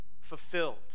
fulfilled